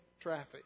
traffic